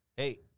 Hey